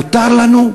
מותר לנו,